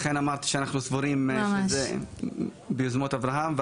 לכן אמרתי שאנחנו סבורים את זה ביוזמות אברהם,